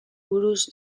buruz